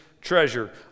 treasure